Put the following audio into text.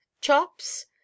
chops